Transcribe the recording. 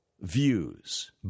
views